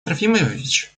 трофимович